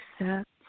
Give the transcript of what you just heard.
accept